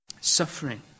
Suffering